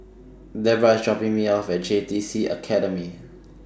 Deborah IS dropping Me off At J T C Academy